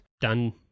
done